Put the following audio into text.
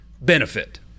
benefit